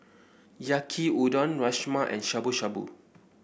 Yaki Udon Rajma and Shabu Shabu